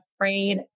afraid